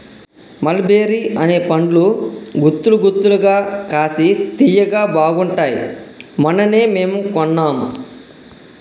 మల్ బెర్రీ అనే పండ్లు గుత్తులు గుత్తులుగా కాశి తియ్యగా బాగుంటాయ్ మొన్ననే మేము కొన్నాం